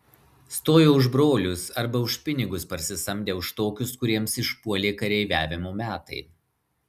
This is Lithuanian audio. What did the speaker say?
stojo už brolius arba už pinigus parsisamdę už tokius kuriems išpuolė kareiviavimo metai